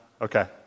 Okay